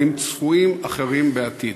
3. האם צפויים אחרים בעתיד?